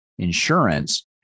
insurance